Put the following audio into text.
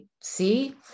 see